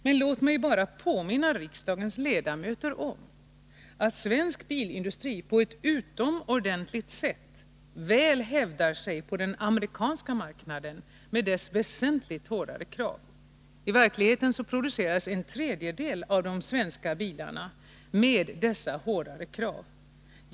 Men låt mig bara påminna riksdagens ledamöter om att svensk bilindustri på ett utomordentligt sätt väl hävdar sig på den amerikanska marknaden med dess väsentligt hårdare krav — i verkligheten produceras en tredjedel av de svenska bilarna med dessa hårdare krav.